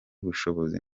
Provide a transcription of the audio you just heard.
ubushobozi